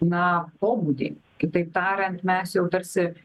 na pobūdį kitaip tariant mes jau tarsi